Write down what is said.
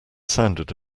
sounded